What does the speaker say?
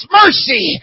mercy